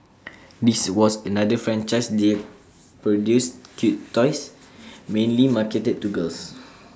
this was another franchise that produced cute toys mainly marketed to girls